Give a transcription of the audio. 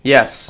Yes